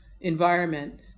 environment